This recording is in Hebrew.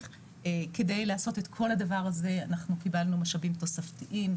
כדי לעשות את כל הדבר הזה אנחנו קיבלנו משאבים תוספתיים,